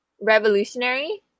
Revolutionary